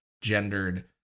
gendered